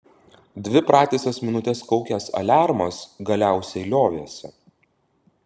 dvi pratisas minutes kaukęs aliarmas galiausiai liovėsi